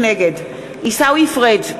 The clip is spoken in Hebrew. נגד עיסאווי פריג'